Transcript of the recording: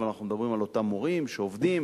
ואנחנו מדברים על אותם מורים שעובדים,